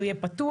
הוא יהיה פתוח.